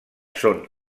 són